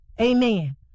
Amen